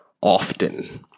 often